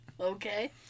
Okay